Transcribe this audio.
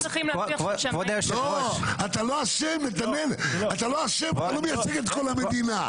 אתה לא אשם נתנאל, אתה לא מייצג את כל המדינה.